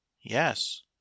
yes